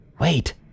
wait